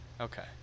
Okay